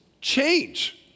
change